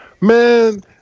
Man